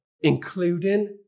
including